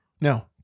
No